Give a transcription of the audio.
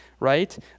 Right